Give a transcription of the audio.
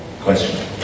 question